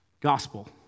Gospel